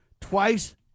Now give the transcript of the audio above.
Twice